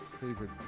favorite